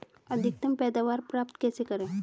अधिकतम पैदावार प्राप्त कैसे करें?